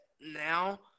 now